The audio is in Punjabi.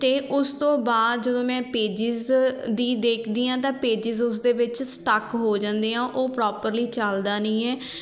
ਅਤੇ ਉਸ ਤੋਂ ਬਾਅਦ ਜਦੋਂ ਮੈਂ ਪੇਜ਼ਿਸ ਦੀ ਦੇਖਦੀ ਹਾਂ ਤਾਂ ਪੇਜ਼ਿਸ ਉਸ ਦੇ ਵਿੱਚ ਸਟੱਕ ਹੋ ਜਾਂਦੇ ਆ ਉਹ ਪ੍ਰੋਪਰਲੀ ਚੱਲਦਾ ਨਹੀਂ ਹੈ